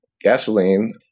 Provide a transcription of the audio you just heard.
gasoline –